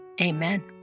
amen